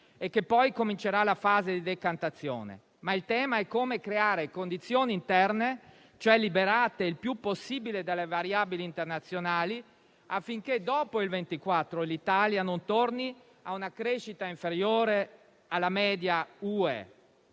e che poi comincerà la fase di decantazione, ma il tema è come creare condizioni interne liberate il più possibile dalle variabili internazionali, affinché dopo il 2024 l'Italia non torni a una crescita inferiore alla media UE